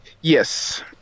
Yes